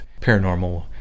paranormal